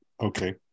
Okay